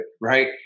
right